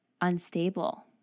unstable